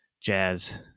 jazz